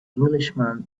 englishman